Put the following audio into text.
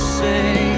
say